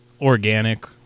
organic